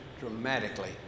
dramatically